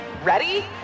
Ready